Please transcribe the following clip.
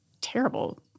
terrible